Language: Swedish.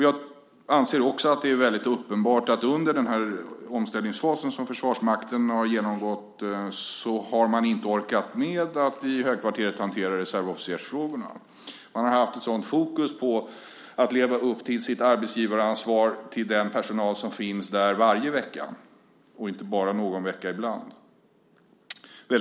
Jag anser också att det är uppenbart att under omställningsfasen som Försvarsmakten har genomgått har man inte orkat med att i högkvarteret hantera reservofficersfrågorna. Man har haft ett sådant fokus på att leva upp till sitt arbetsgivaransvar för den personal som finns där varje vecka och inte bara någon vecka ibland.